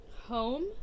Home